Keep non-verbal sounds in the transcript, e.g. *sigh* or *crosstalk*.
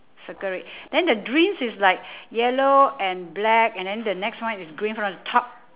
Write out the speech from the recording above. circle it *breath* then the drinks is like *breath* yellow and black and then the next one is green from the top